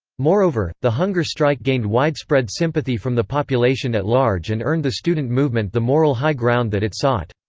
moreover, the hunger strike gained widespread sympathy from the population at large and earned the student movement the moral high ground that it sought.